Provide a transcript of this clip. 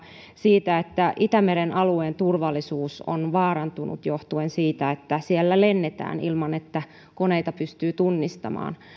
siitä että itämeren alueen turvallisuus on vaarantunut johtuen siitä että siellä lennetään ilman että koneita pystyy tunnistamaan